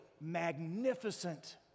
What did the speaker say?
magnificent